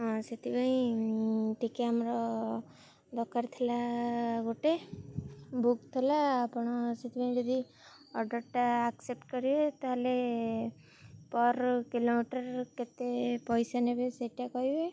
ହଁ ସେଥିପାଇଁ ଟିକେ ଆମର ଦରକାର ଥିଲା ଗୋଟେ ବୁକ୍ ଥିଲା ଆପଣ ସେଥିପାଇଁ ଯଦି ଅର୍ଡ଼ରଟା ଆକ୍ସେପ୍ଟ କରିବେ ତାହେଲେ ପର କିଲୋମିଟର କେତେ ପଇସା ନେବେ ସେଇଟା କହିବେ